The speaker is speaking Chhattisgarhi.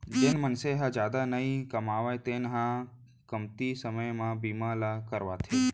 जेन मनसे ह जादा नइ कमावय तेन ह कमती समे वाला बीमा ल करवाथे